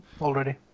already